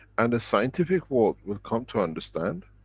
and the scientific world will come to understand,